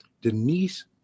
Denise